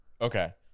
Okay